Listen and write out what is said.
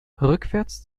rückwärts